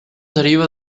deriva